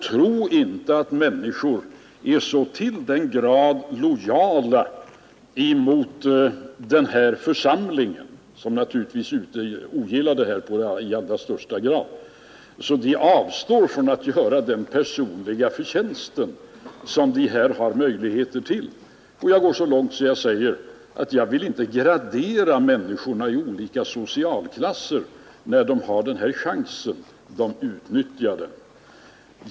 Tro inte att människor är så till den grad lojala mot denna församling, som naturligtvis i allra högsta grad ogillar den här relaterade företeelsen, att de avstår från att göra den personliga förtjänst som de har möjlighet till. Jag går så långt att jag säger, att jag inte vill gradera människor i olika socialklasser när de får denna chans och utnyttjar den.